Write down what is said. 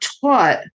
taught